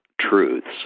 truths